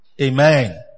Amen